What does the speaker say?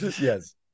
Yes